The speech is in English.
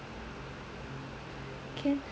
okay